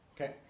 Okay